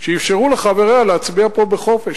שאפשרו לחבריה להצביע פה בחופש,